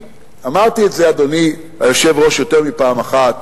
אמרתי את זה, אדוני היושב-ראש, יותר מפעם אחת,